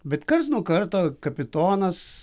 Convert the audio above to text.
bet karts nuo karto kapitonas